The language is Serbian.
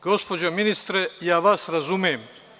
Gospođo ministre, ja vas razumem.